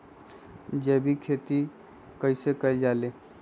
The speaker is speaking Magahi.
जैविक खेती कई से करल जाले?